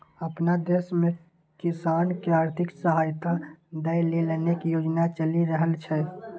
अपना देश मे किसान कें आर्थिक सहायता दै लेल अनेक योजना चलि रहल छै